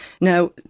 Now